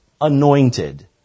Anointed